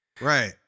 Right